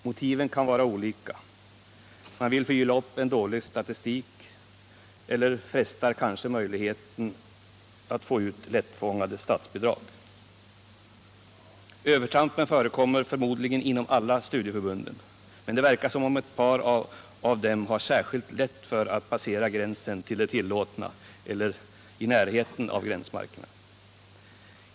Motiven kan vara olika: man vill förgylla upp en dålig statistik — eller frestar kanske möjligheten att få ut lättfångade statsbidrag? Övertramp förekommer förmodligen inom alla studieförbunden, men det verkar som om ett par av dem har särskilt lätt för att passera gränsen till det tillåtna, eller åtminstone komma i närheten av gränsmarkerna.